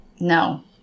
No